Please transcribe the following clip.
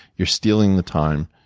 you're stealing the time.